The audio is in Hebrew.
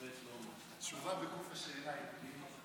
התשובה בגוף השאלה, ידידי.